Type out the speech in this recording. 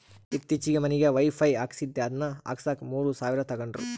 ಈತ್ತೀಚೆಗೆ ಮನಿಗೆ ವೈಫೈ ಹಾಕಿಸ್ದೆ ಅದನ್ನ ಹಾಕ್ಸಕ ಮೂರು ಸಾವಿರ ತಂಗಡ್ರು